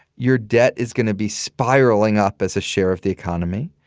your debt is going to be spiraling up as a share of the economy.